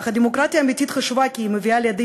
אך הדמוקרטיה האמיתית חשובה כי היא מביאה לידי